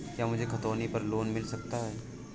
क्या मुझे खतौनी पर लोन मिल सकता है?